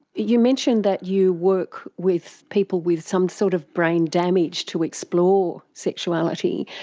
you mentioned that you work with people with some sort of brain damage to explore sexuality.